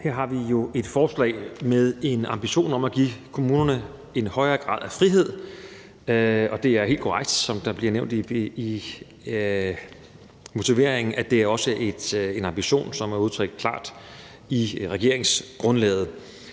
Her har vi jo et forslag med en ambition om at give kommunerne en højere grad af frihed, og det er helt korrekt, som der bliver nævnt i motiveringen, at det også er en ambition, som er udtrykt klart i regeringsgrundlaget.